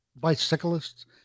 bicyclists